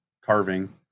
carving